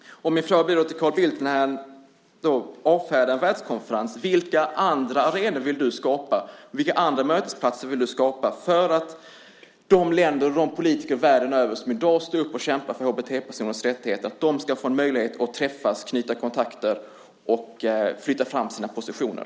Min fråga till Carl Bildt blir när han nu avfärdar en världskonferens: Vilka andra arenor och andra mötesplatser vill du skapa för att de länder och politiker världen över som i dag står upp och kämpar för HBT-personers rättigheter ska få en möjlighet att träffas, knyta kontakter och flytta fram sina positioner?